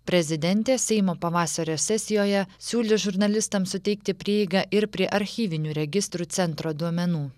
prezidentė seimo pavasario sesijoje siūlys žurnalistams suteikti prieigą ir prie archyvinių registrų centro duomenų